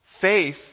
faith